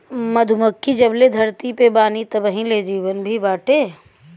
मधुमक्खी जबले धरती पे बानी तबही ले जीवन भी बाटे